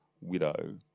widow